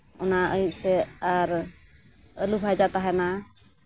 ᱚᱱᱟ ᱟᱭᱩᱵ ᱥᱮᱫ ᱟᱨ ᱟᱞᱩ ᱵᱷᱟᱡᱟ ᱛᱟᱦᱮᱱᱟ